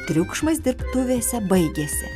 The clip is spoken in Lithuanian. triukšmas dirbtuvėse baigėsi